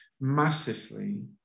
massively